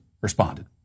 responded